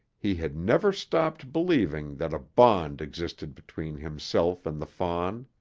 he had never stopped believing that a bond existed between himself and the fawn.